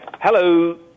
Hello